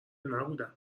نبودم